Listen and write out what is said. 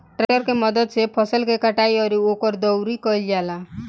tractor के मदद से फसल के कटाई अउरी ओकर दउरी कईल जाला